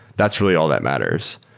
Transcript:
that's really all that matters.